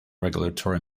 regulatory